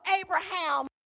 Abraham